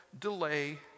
delay